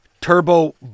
Turbo